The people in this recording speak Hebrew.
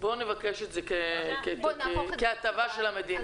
בואו נבקש את זה כהטבה של המדינה.